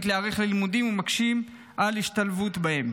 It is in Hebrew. להיערך ללימודים ומקשים על ההשתלבות בהם.